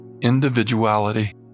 individuality